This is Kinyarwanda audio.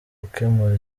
gukemura